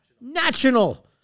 national